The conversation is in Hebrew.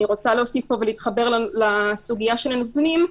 אני רוצה להוסיף ולהתחבר לסוגיה של הנתונים,